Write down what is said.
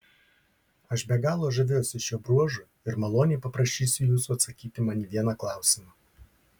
aš be galo žaviuosi šiuo bruožu ir maloniai paprašysiu jūsų atsakyti man į vieną klausimą